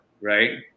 right